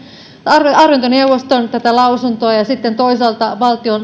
talouden arviointineuvoston lausuntoa ja sitten toisaalta